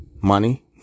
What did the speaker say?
money